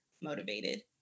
motivated